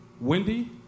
Wendy